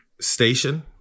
station